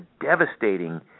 devastating